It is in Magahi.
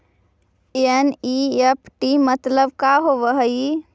एन.ई.एफ.टी मतलब का होब हई?